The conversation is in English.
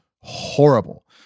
horrible